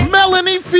Melanie